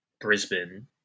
Brisbane